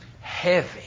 Heavy